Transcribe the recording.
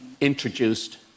introduced